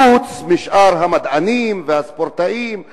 חוץ משאר המדענים והספורטאים והאמנים.